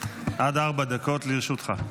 עד ארבע דקות לרשותך.